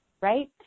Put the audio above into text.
right